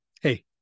hey